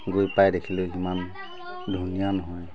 গৈ পাই দেখিলোঁ সিমান ধুনীয়া নহয়